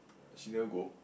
she never go